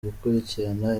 gukurikirana